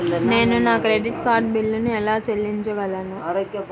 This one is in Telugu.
నేను నా క్రెడిట్ కార్డ్ బిల్లును ఎలా చెల్లించగలను?